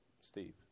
Steve